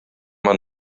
man